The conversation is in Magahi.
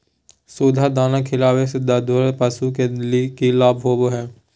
सुधा दाना खिलावे से दुधारू पशु में कि लाभ होबो हय?